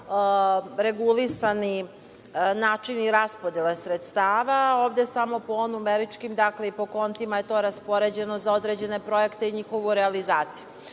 regulisani načini raspodele sredstava. Ovde po numeričkim i po kontima je to raspoređeno za određene projekte i njihovu realizaciju. Gospodine